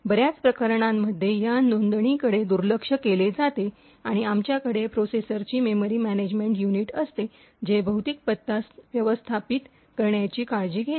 बर्याच प्रकरणांमध्ये या नोंदणीकडे दुर्लक्ष केले जाते आणि आमच्याकडे प्रोसेसरचे मेमरी मॅनेजमेंट युनिट असते जे भौतिक पत्ता व्यवस्थापित करण्याची काळजी घेते